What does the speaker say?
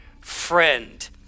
friend